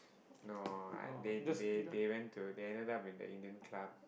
no they they they ended up in the Indian club